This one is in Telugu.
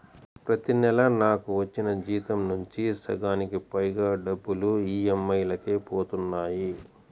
ప్రతి నెలా నాకు వచ్చిన జీతం నుంచి సగానికి పైగా డబ్బులు ఈ.ఎం.ఐ లకే పోతన్నాయి